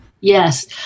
Yes